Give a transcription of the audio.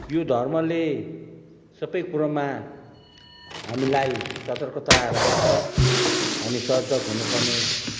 यो धर्मले सबै कुरोमा हामीलाई सतर्कता राखेको छ हामी सजग हुनुपर्ने